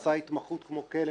עשה התמחות כמו כלב,